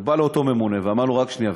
ובא לאותו ממונה ואמר לו: רק שנייה,